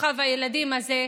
כוכב הילדים הזה,